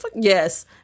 Yes